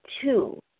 two